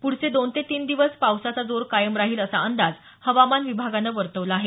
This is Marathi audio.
पुढचे दोन ते तीन दिवस पावसाचा जोर कायम राहील असा अंदाज हवामान विभागानं वर्तवला आहे